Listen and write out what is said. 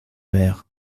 verre